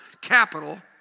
capital